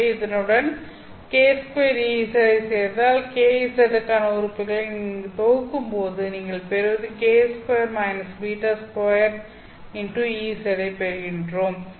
எனவே இதனுடன் k2 Ez ஐச் சேர்த்தால் Kz க்கான உறுப்புகளை நீங்கள் தொகுக்கும்போது நீங்கள் பெறுவது k2 β2 x Ez ஐப் பெறுகின்றோம்